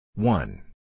One